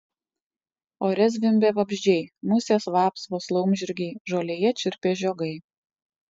ore zvimbė vabzdžiai musės vapsvos laumžirgiai žolėje čirpė žiogai